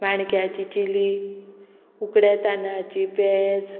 माणक्याची चिली उकडे तांदळाची पेज